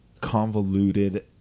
convoluted